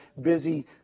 busy